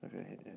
Okay